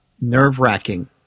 nerve-wracking